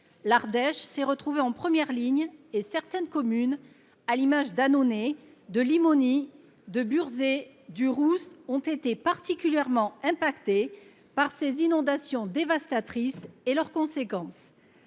L’Ardèche s’est trouvée en première ligne. Certaines communes, à l’image d’Annonay, de Limony, de Burzet ou encore du Roux, ont été particulièrement touchées par ces inondations dévastatrices et par leurs conséquences.